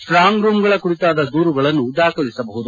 ಸ್ವಾಂಗ್ ರೂಂಗಳ ಕುರಿತಾದ ದೂರುಗಳನ್ನು ದಾಖಲಿಸಬಹುದು